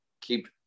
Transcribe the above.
keep